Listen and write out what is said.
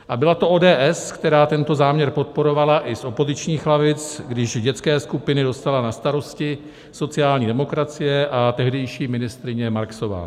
A byla to ODS, která teto záměr podporovala i z opozičních lavic, když dětské skupiny dostala na starost sociální demokracie a tehdejší ministryně Marksová.